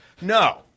no